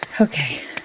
Okay